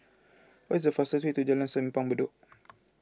what is the fastest way to Jalan Simpang Bedok